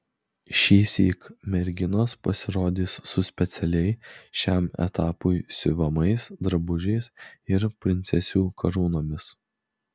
šįsyk merginos pasirodys su specialiai šiam etapui siuvamais drabužiais ir princesių karūnomis